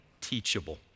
teachable